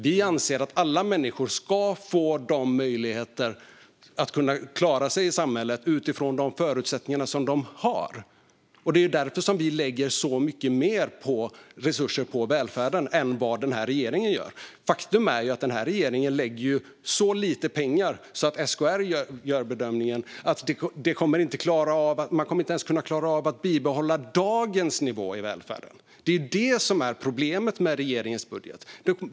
Vi anser att alla människor ska få möjligheter att klara sig i samhället utifrån sina förutsättningar. Därför lägger vi mycket mer resurser på välfärden än den här regeringen gör. Faktum är att regeringen lägger så lite pengar att SKR bedömer att man inte ens kommer att klara av att bibehålla dagens nivå i välfärden. Det är det som är problemet med regeringens budget.